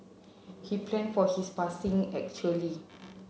he planned for his passing actually